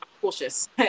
cautious